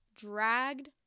dragged